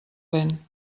vent